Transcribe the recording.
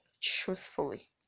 truthfully